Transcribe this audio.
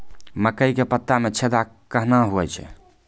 मकई के पत्ता मे छेदा कहना हु छ?